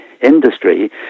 industry